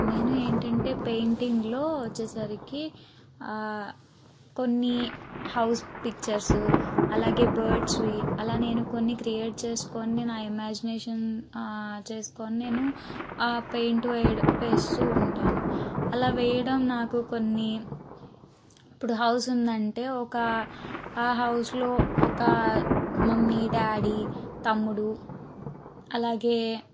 నేను ఏంటంటే పెయింటింగ్లో వచ్చేసరికి కొన్ని హౌస్ పిక్చర్స్ అలాగే బర్డ్స్ అలా నేను కొన్ని క్రియేట్ చేసుకొని నా ఇమేజినేషన్ చేసుకొని నేను ఆ పెయింట్ వెయ్యి వేస్తూ ఉంటాను అలా వేయడం నాకు కొన్ని ఇప్పుడు హౌస్ ఉందంటే ఒక ఆ హౌస్లో ఒక మమ్మీ డాడీ తమ్ముడు అలాగే